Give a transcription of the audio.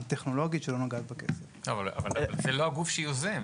אבל זהו לא הגוף שיוזם.